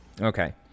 okay